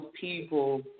people